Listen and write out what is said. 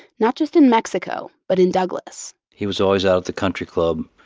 not just in mexico but in douglas he was always out at the country club,